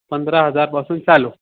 पंधरा हजारपासून चालू